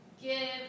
give